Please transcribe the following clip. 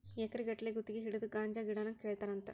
ಎಕರೆ ಗಟ್ಟಲೆ ಗುತಗಿ ಹಿಡದ ಗಾಂಜಾ ಗಿಡಾನ ಕೇಳತಾರಂತ